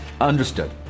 understood